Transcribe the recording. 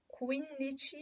quindici